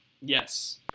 Yes